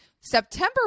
september